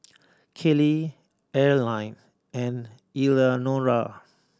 Kellie Arline and Eleanora